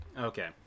Okay